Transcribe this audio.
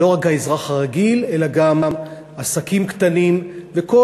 ולא רק האזרח הרגיל אלא גם עסקים קטנים וכל